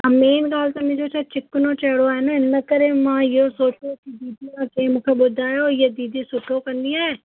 त मेन ॻाल्हि त मुंहिंजो छा चिकनो चहिरो आहे न इन करे मां इहो सोचियो कि कंहिं मूंखे ॿुधायो हीअ दीदी सुठो कंदी आहे